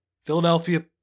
Philadelphia